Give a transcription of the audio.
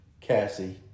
Cassie